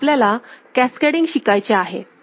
तर आपल्याला कॅस्कॅडींग शिकायचे आहे